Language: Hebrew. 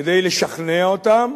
כדי לשכנע אותם,